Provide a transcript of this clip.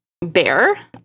Bear